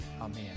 Amen